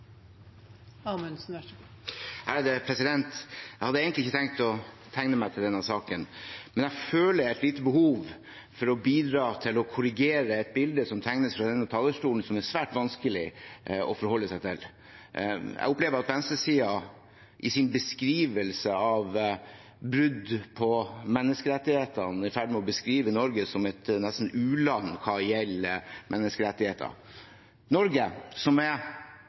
Jeg hadde egentlig ikke tenkt å tegne meg til denne saken, men jeg føler et visst behov for å bidra til å korrigere et bilde som tegnes fra denne talerstolen som er svært vanskelig å forholde seg til. Jeg opplever at venstresiden i sin beskrivelse av brudd på menneskerettighetene er i ferd med å beskrive Norge som nesten et u-land hva gjelder menneskerettighetene – Norge, som kanskje er